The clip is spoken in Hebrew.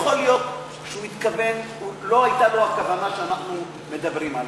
יכול להיות שלא הייתה לו הכוונה שאנחנו מדברים עליה.